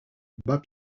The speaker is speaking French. bas